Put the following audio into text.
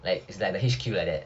like is like the H_Q like that